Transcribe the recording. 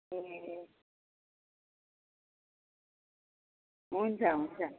ए हुन्छ हुन्छ